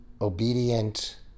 obedient